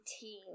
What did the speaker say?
team